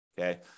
Okay